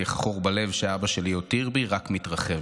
איך החור בלב שאבא שלי הותיר בי רק מתרחב.